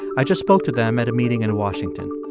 i just spoke to them at a meeting in washington.